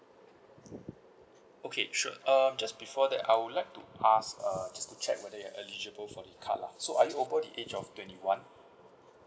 okay sure err just before that I would like to ask uh just to check whether you are eligible for the card lah so are you over the age of twenty one